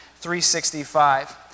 365